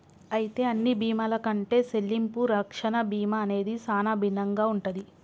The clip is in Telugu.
అయితే అన్ని బీమాల కంటే సెల్లింపు రక్షణ బీమా అనేది సానా భిన్నంగా ఉంటది